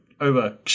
Over